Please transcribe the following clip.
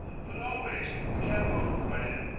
but always the cat-boat righted,